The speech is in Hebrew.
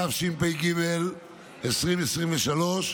התשפ"ג 2023,